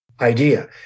idea